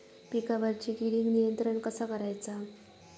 पिकावरची किडीक नियंत्रण कसा करायचा?